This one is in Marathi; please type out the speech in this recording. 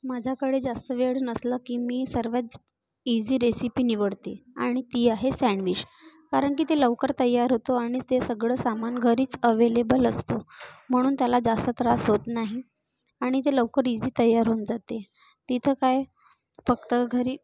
माझ्याकडे जास्त वेळ नसला की मी सर्वात ईझी रेसिपी निवडते आणि ती आहे सॅण्डविच कारण की ते लवकर तयार होतो आणि ते सगळं सामान घरीच अव्हेलेबल असतो म्हणून त्याला जास्त त्रास होत नाही आणि ते लवकर ईझी तयार होऊन जाते तिथं काय फक्त घरी